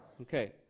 Okay